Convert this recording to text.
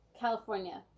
California